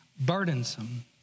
burdensome